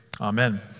Amen